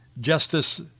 justice